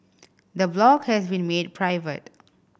the blog has been made private